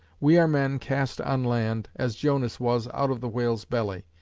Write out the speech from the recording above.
we are men cast on land, as jonas was, out of the whale's belly,